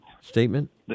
statement